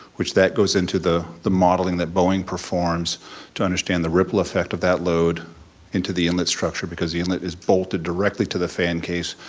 which that goes into the the modeling that boeing performs to understand the ripple effect of that load into the inlet structure because the inlet is bolted directly to the fan case,